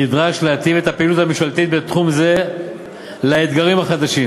נדרש להתאים את הפעילות הממשלתית בתחום זה לאתגרים החדשים,